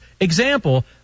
Example